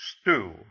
stew